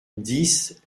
dix